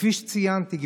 כפי שציינתי,